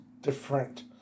different